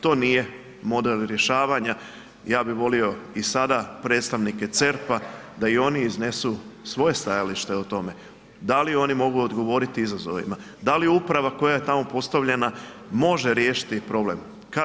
To nije model rješavanja, ja bih volio i sada predstavnike CERP-a da oni iznesu svoje stajalište o tome da li oni mogu odgovoriti izazovima, da li uprava koje je tamo postavljena može riješiti problem?